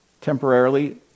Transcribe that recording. temporarily